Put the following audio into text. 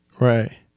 right